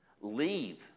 leave